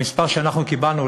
המספר שאנחנו קיבלנו,